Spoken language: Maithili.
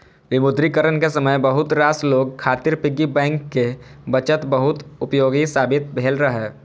विमुद्रीकरण के समय बहुत रास लोग खातिर पिग्गी बैंक के बचत बहुत उपयोगी साबित भेल रहै